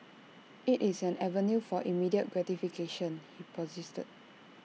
IT is an avenue for immediate gratification he posited